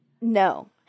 No